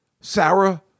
Sarah